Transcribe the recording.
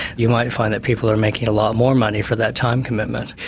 you might find that people are making a lot more money for that time commitment.